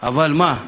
אבל מה?